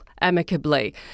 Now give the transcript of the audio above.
amicably